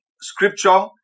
scripture